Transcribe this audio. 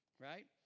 Right